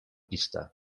pista